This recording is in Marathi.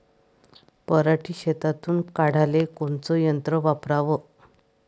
पराटी शेतातुन काढाले कोनचं यंत्र वापराव?